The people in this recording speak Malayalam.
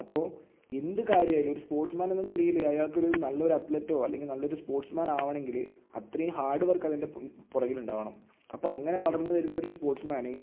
അപ്പോൾ എന്ത് കാര്യമായാലും ഒരു സ്പോർട്സ് മേൻ എന്ന ഒരു രീതിയിൽ അയാൾക്ക് നല്ലൊരു അത്ലെറ്റോ അല്ലെങ്കിൽ നല്ലൊരു സ്പോർട്സ് മേൻ ആവണമെങ്കിൽ അത്രയും ഹാർഡ് വർക്ക് അതിൻ്റെ പു പുറകിൽ ഉണ്ടാവണം അപ്പം അങ്ങനെ വളർന്ന് വരുന്ന ഒരു സ്പോർട്സ് മേൻ